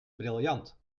briljant